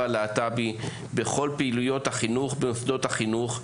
הלהט"בי בכל פעילויות החינוך במוסדות החינוך,